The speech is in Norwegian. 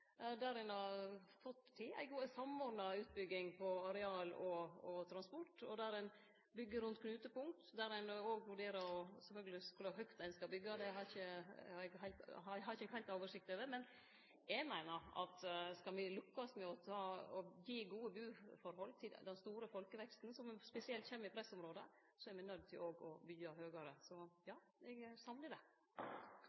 der ein har fått til ei god samordna utbygging av areal og transport, der ein byggjer rundt knutepunkt, og der ein sjølvsagt òg vurderer kor høgt ein skal byggje – det har eg ikkje heilt oversikt over. Men eg meiner at skal me lukkast med å gi gode buforhold til den store folkeveksten som kjem spesielt i pressområda, er me òg nøydde til å byggje høgare. Så ja,